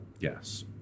Yes